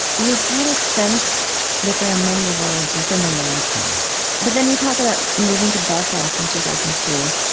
you had a sense that there are many worlds within the world. but then you talk about moving to belfast in two thousand and three.